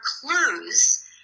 clues